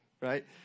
right